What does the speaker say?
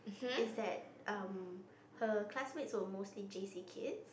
is that um her classmates were mostly J_C kids